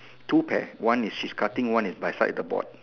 two pear one is she's cutting one is beside the board